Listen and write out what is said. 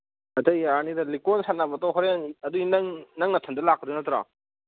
ꯑꯇꯩ ꯌꯥꯔꯅꯤꯗ ꯂꯤꯀꯣꯟ ꯁꯥꯟꯅꯕꯗꯣ ꯍꯣꯔꯦꯟ ꯑꯗꯨ ꯅꯪ ꯅꯊꯟꯗ ꯂꯥꯛꯀꯗꯣꯏ ꯅꯠꯇ꯭ꯔꯣ